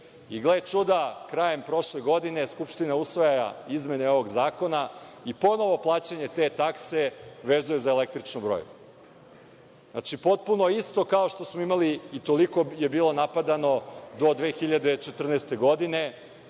I, gle čuda, krajem prošle godine Skupština usvaja izmene ovog zakona i ponovo plaćanje te takse vezuje za električno brojilo. Znači, potpuno isto kao što smo imali i toliko je bilo napadano do 2014. godine,